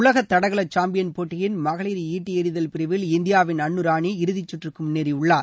உலக தடகள சாம்பியன் போட்டியின் மகளிர் ஈட்டி எறிதல் பிரிவில் இந்தியாவின் அன்னு ராணி இறுதிச்சுற்றுக்கு முன்னேறியுள்ளார்